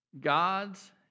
God's